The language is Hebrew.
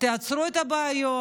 תייצרו את הבעיות,